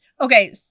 Okay